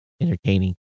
entertaining